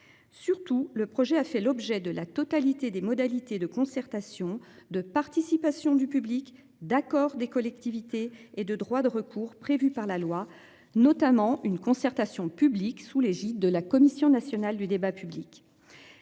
Surtout, le projet a fait l'objet de la totalité des modalités de concertation de participation du public d'accord des collectivités et de droits de recours prévues par la loi, notamment une concertation publique sous l'égide de la Commission nationale du débat public.